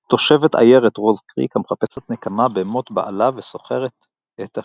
תושבת עיירת רוז קריק המחפשת נקמה במות בעלה ושוכרת את השביעייה.